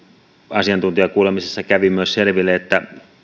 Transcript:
asiantuntijakuulemisessa kävi myös selville että